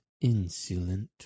insolent